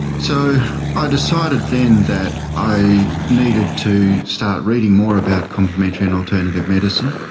so i decided then that i needed to start reading more about complementary and alternative medicine,